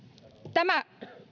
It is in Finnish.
tämä